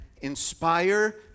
inspire